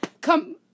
Come